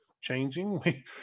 changing